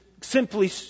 simply